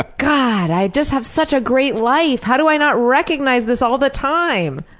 ah god, i just have such a great life! how do i not recognize this all the time!